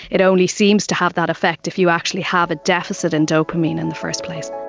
it only seems to have that effect if you actually have a deficit in dopamine in the first place.